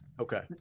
Okay